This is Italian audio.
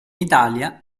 italia